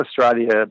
Australia